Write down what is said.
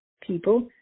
people